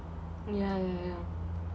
ya ya ya